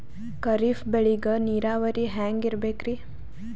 ಖರೀಫ್ ಬೇಳಿಗ ನೀರಾವರಿ ಹ್ಯಾಂಗ್ ಇರ್ಬೇಕರಿ?